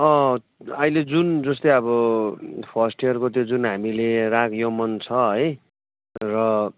अँ अहिले जुन जस्तै अब फर्स्ट इयरको त्यो जुन चाहिँ हामीले रागयमन छ है र